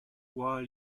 while